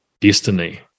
destiny